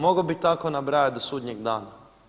Mogao bih tako nabrajati do sudnjeg dana.